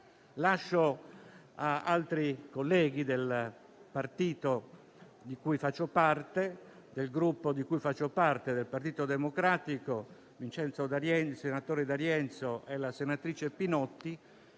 Lascio ad altri colleghi del Gruppo di cui faccio parte (Partito Democratico), il senatore D'Arienzo e la senatrice Pinotti,